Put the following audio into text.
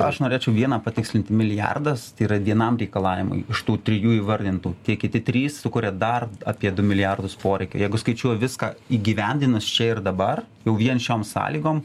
aš norėčiau vieną patikslinti milijardas tai yra vienam reikalavimui iš tų trijų įvardintų tie kiti trys sukuria dar apie du milijardus poreikių jeigu skaičiuoji viską įgyvendinus čia ir dabar jau vien šiom sąlygom